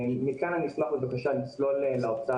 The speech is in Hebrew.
שחוקר ומתייחס להיערכות מערכות חינוך בעולם לעבר העתיד.